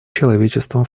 человечеством